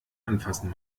anfassen